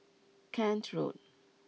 Kent Road